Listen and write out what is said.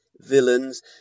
villains